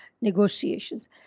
negotiations